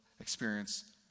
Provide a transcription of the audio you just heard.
experience